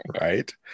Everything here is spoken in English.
Right